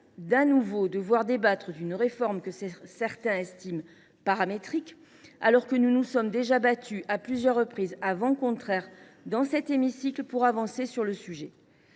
à nouveau d’une réforme que certains estiment paramétrique, alors que nous nous sommes déjà battus à plusieurs reprises contre des vents contraires dans cet hémicycle pour avancer sur le sujet.